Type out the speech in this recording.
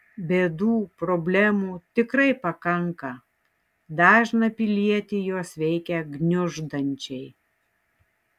bėdų problemų tikrai pakanka dažną pilietį jos veikia gniuždančiai